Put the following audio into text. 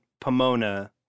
Pomona